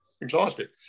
exhausted